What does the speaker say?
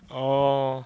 orh